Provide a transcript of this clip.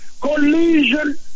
collision